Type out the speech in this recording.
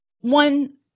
One